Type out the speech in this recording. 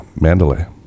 Mandalay